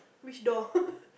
which door